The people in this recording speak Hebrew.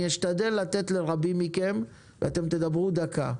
אני אשתדל לתת לרבים מכם ואתם תדברו דקה.